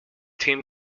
team